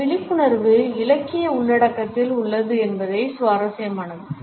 இந்த விழிப்புணர்வு இலக்கிய உள்ளடக்கத்தில் உள்ளது என்பது சுவாரஸ்யமானது